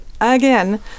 again